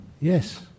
Yes